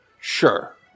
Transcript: Sure